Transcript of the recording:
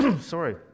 Sorry